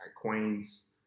Queens